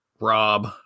Rob